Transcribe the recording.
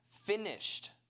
finished